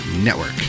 Network